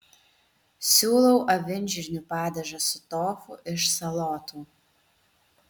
siūlau avinžirnių padažą su tofu iš salotų